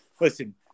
listen –